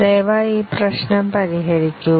ദയവായി ഈ പ്രശ്നം പരിഹരിക്കുക